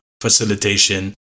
facilitation